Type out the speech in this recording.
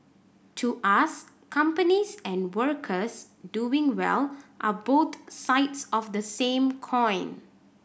to us companies and workers doing well are boat sides of the same coin